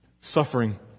suffering